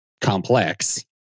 complex